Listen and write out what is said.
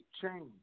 change